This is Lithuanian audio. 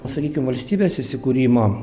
sakykim valstybės įsikūrimo